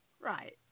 Right